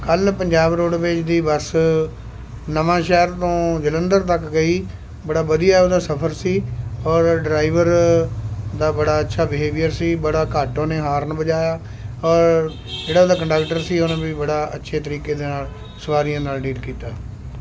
ਕੱਲ੍ਹ ਪੰਜਾਬ ਰੋਡਵੇਜ਼ ਦੀ ਬੱਸ ਨਵਾਂਸ਼ਹਿਰ ਤੋਂ ਜਲੰਧਰ ਤੱਕ ਗਈ ਬੜਾ ਵਧੀਆ ਉਹਦਾ ਸਫ਼ਰ ਸੀ ਔਰ ਡਰਾਈਵਰ ਦਾ ਬੜਾ ਅੱਛਾ ਬੀਹੇਵੀਅਰ ਸੀ ਬੜਾ ਘੱਟ ਉਹਨੇ ਹਾਰਨ ਵਜਾਇਆ ਔਰ ਜਿਹੜਾ ਉਹਦਾ ਕੰਡਕਟਰ ਸੀ ਉਹਨੇ ਵੀ ਬੜਾ ਅੱਛੇ ਤਰੀਕੇ ਦੇ ਨਾਲ਼ ਸਵਾਰੀਆਂ ਨਾਲ਼ ਡੀਲ ਕੀਤਾ